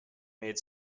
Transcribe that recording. made